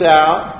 out